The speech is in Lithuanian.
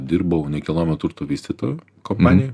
dirbau nekilnojamo turto vystytoju kompanijoj